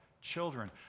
children